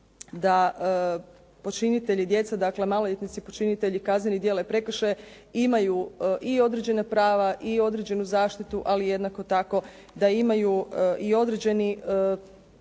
da počinitelji djeca, dakle maloljetnici počinitelji kaznenih djela i prekršaja imaju i određena prava i određenu zaštitu ali jednako da imaju i određeni